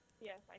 Yes